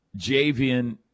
Javian